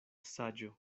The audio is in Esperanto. saĝo